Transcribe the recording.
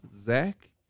Zach